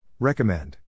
Recommend